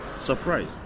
surprise